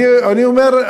אני אומר,